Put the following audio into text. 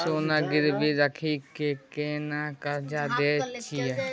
सोना गिरवी रखि के केना कर्जा दै छियै?